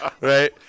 right